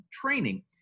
training